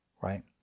right